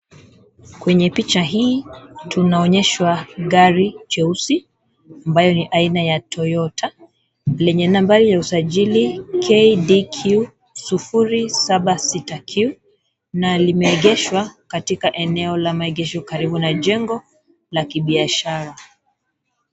Kwenye picha hii tunaonyeshwa gari jeusi, ambayo ni aina ya Toyota lenye nambari ya usajili KDQ 076 Q na limeegeshwa katika eneo la maegesho karibu na jengo la kibiashara.